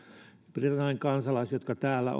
britannian kansalaiset jotka täällä